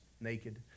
naked